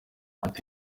ati